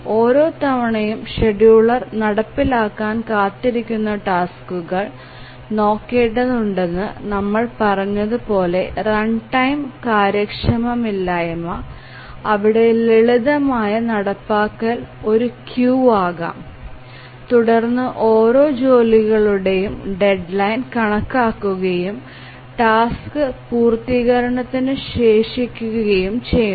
ഓരോ തവണയും ഷെഡ്യൂളർ നടപ്പിലാക്കാൻ കാത്തിരിക്കുന്ന ടാസ്കുകൾ നോക്കേണ്ടതുണ്ടെന്ന് നമ്മൾ പറഞ്ഞതുപോലെ റൺടൈം കാര്യക്ഷമതയില്ലായ്മ അവിടെ ലളിതമായ നടപ്പാക്കൽ ഒരു ക്യൂ ആകാം തുടർന്ന് ഓരോ ജോലിയുടെയും ഡെഡ്ലൈൻ കണക്കാക്കുകയും ടാസ്ക് പൂർത്തീകരിക്കുന്നതിന് ശേഷിക്കുകയും ചെയ്യുന്നു